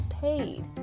paid